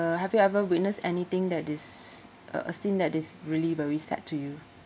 uh have you ever witnessed anything that is a a scene that is really very sad to you